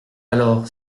alors